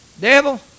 Devil